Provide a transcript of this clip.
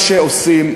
מה שעושים,